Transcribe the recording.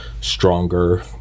stronger